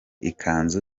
ikanzu